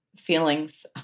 feelings